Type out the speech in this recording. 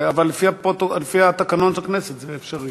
אבל לפי התקנון של הכנסת זה אפשרי.